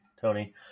Tony